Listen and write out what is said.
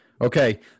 Okay